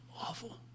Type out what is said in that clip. awful